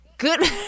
Good